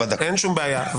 אין שום בעיה.